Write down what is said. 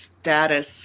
status